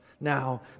now